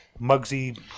mugsy